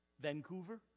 Vancouver